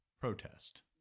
protest